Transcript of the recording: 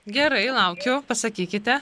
gerai laukiu pasakykite